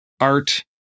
art